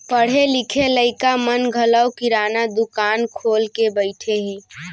पढ़े लिखे लइका मन घलौ किराना दुकान खोल के बइठे हें